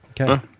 Okay